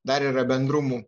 dar yra bendrumų